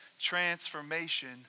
transformation